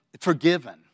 forgiven